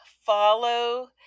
follow